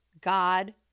God